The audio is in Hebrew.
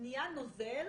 נהיה נוזל,